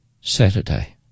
Saturday